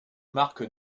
marque